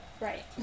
Right